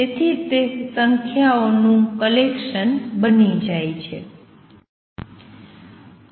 તેથી તે સંખ્યાઓનું કલેકસન બની જાય છે